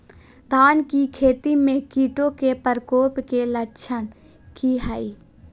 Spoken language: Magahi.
धान की खेती में कीटों के प्रकोप के लक्षण कि हैय?